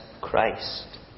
Christ